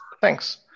thanks